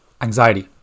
Anxiety